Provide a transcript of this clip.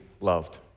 loved